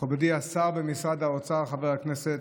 מכובדי השר במשרד האוצר חבר הכנסת,